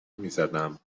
میزدم